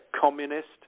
communist